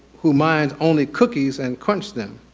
who mined only cookies and crunch them.